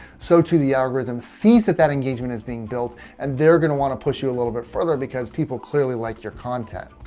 so to the algorithm sees that that engagement is being built and they're going to want to push you a little bit further because people clearly like your content.